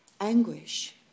anguish